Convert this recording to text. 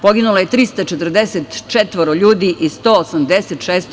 Poginulo je 344 ljudi i 186 dece.